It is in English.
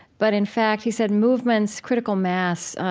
but in fact, he said movements, critical mass,